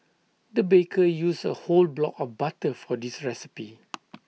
the baker used A whole block of butter for this recipe